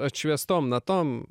atšviestom natom